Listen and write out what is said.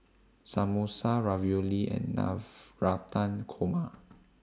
Samosa Ravioli and Navratan Korma